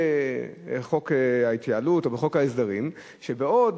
בחוק ההתייעלות או בחוק ההסדרים שבעוד